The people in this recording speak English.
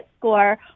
score